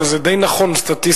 אבל זה די נכון סטטיסטית.